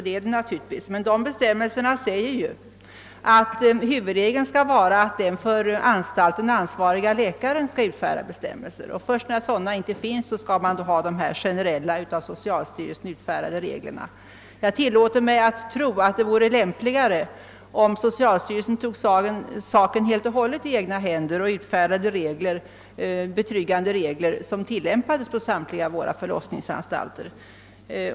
Men enligt dessa är huvudregeln att den för förlossningsanstalten ansvarige läkaren skall utfärda de närmare anvisningarna. Först när sådana inte finns skall man tillämpa de generella av socialstyrelsen utfärdade reglerna. Jag tillåter mig tro att det vore lämpligare om socialstyrelsen helt och hållet toge saken i egna händer och utfärdade betryggande regler, som fick tillämpas på samtliga våra förlossningsanstalter.